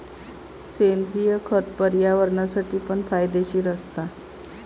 सेंद्रिय खत पर्यावरणासाठी पण फायदेशीर असता